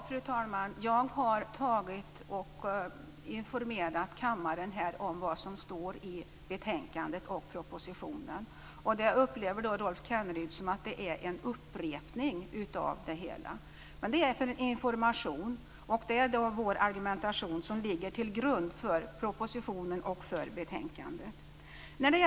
Fru talman! Jag har informerat kammaren om vad som står i betänkandet och propositionen. Det upplever Rolf Kenneryd som en upprepning. Det är för information. Det är vår argumentation som ligger till grund för propositionen och betänkandet.